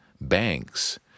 banks